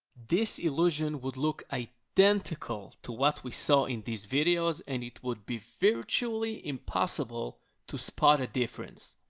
this illusion would look identical to what we saw in these videos and it would be virtually impossible to spot a difference.